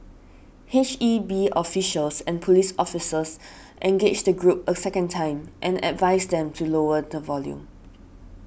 H E B officials and police officers engaged the group a second time and advised them to lower the volume